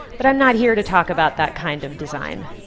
but i'm not here to talk about that kind of design.